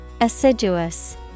Assiduous